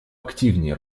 активнее